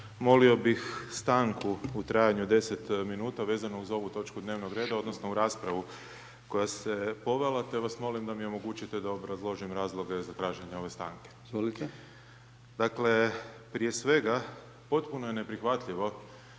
molio bih stanku u trajanju od 10 minuta vezano uz ovu točku dnevnog reda, odnosno uz raspravu koja se povela te vas molim da mi omogućite da obrazložim razloge za traženje ove stanke. **Brkić, Milijan (HDZ)** Izvolite.